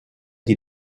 die